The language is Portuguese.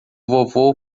vovô